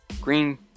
Green